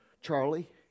Charlie